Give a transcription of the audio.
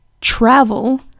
travel